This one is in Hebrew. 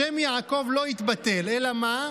השם יעקב לא יתבטל, אלא מה?